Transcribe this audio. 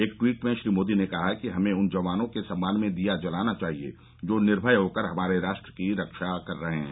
एक ट्वीट में श्री मोदी ने कहा कि हमें उन जवानों के सम्मान में दीया जलाना चाहिए जो निर्भय होकर हमारे राष्ट्र की रक्षा कर रहे हैं